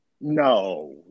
no